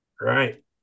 Right